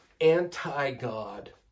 anti-God